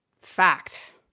Fact